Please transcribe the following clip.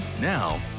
Now